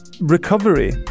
recovery